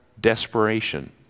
desperation